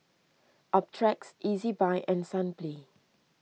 Optrex Ezbuy and Sunplay